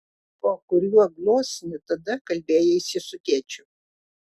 po kuriuo gluosniu tada kalbėjaisi su tėčiu